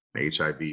HIV